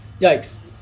yikes